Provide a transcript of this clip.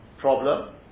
problem